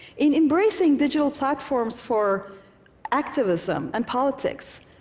in embracing digital platforms for activism and politics,